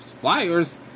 Flyers